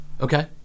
Okay